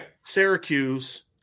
Syracuse